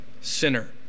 sinner